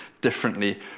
differently